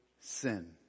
sin